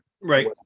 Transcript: right